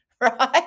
right